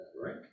right